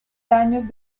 daños